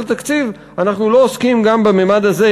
התקציב אנחנו לא עוסקים גם בממד הזה,